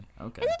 Okay